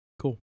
cool